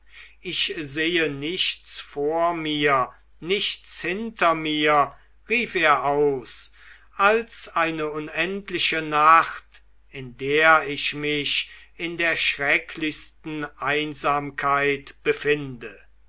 ich sehe nichts vor mir nichts hinter mir rief er aus als eine unendliche nacht in der ich mich in der schrecklichsten einsamkeit befinde